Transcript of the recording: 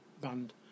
band